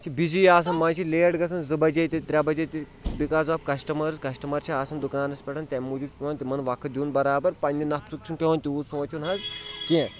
چھِ بِزی آسان منٛزٕ چھِ لیٹ گژھان زٕ بجے تہِ ترٛےٚ بجے تہِ بِکاز آف کسٹمٲرٕس کسٹٕمر چھِ آسان دُکانس پٮ۪ٹھ تمہِ موٗجوٗب چھُ پٮ۪وان تِمن وقت دیُن برابر پنٛنہِ نفژُک چھُنہٕ پٮ۪وان تیوٗت سونٛچُن حظ کینٛہہ